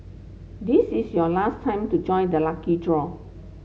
this is your last time to join the lucky draw